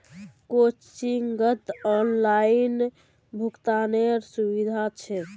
कोचिंगत ऑनलाइन भुक्तानेरो सुविधा छेक